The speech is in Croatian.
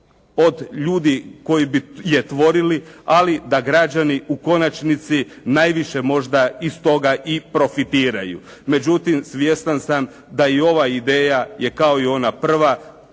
od ljudi koji bi je tvorili, ali da građani u konačnici najviše možda iz toga i profitiraju. Međutim, svjestan sam da i ova ideja je kao i ona prva.